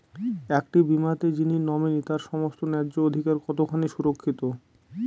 একটি বীমাতে যিনি নমিনি তার সমস্ত ন্যায্য অধিকার কতখানি সুরক্ষিত?